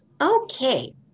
Okay